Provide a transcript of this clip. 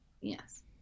yes